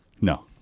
No